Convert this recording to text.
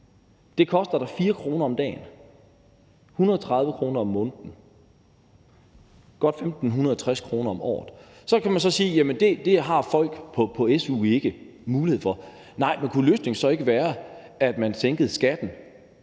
Det koster 4 kr. om dagen; 130 kr. om måneden; godt 1.560 kr. om året. Så kan man sige, at det har folk på su ikke mulighed for. Nej, men kunne løsningen så ikke være, at man sænkede skatten